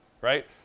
right